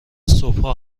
صبحها